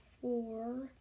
four